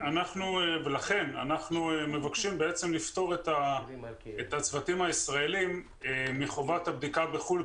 ולכן אנחנו מבקשים בעצם לפטור את הצוותים הישראלים מחובת הבדיקה בחו"ל,